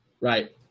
Right